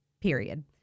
Period